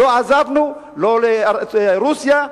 לא עזבנו לא לרוסיה,